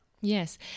Yes